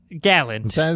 gallant